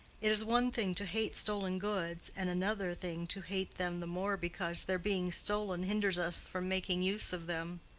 it is one thing to hate stolen goods, and another thing to hate them the more because their being stolen hinders us from making use of them.